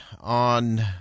on